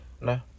No